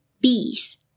bees